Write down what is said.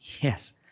Yes